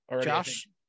Josh